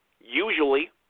usually